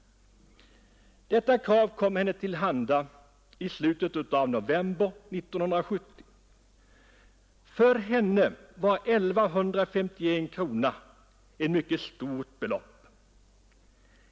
Kravet kom henne till handa i slutet av november 1970. För henne var 1151 kronor ett mycket stort belopp.